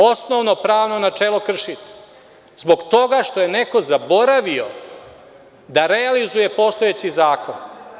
Osnovno pravno načelo krši se zbog toga što je neko zaboravio da realizuje postojeći zakon.